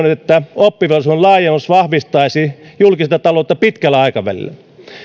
että oppivelvollisuuden laajennus vahvistaisi julkista taloutta pitkällä aikavälillä